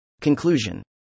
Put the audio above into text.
Conclusion